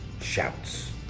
shouts